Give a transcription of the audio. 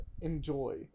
enjoy